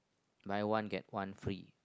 buy one get one free